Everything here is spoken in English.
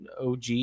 OG